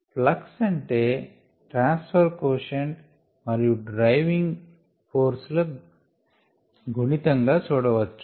flux అంటే transfer quotient మరియు driving force ల గుణితం గా చూడవచ్చు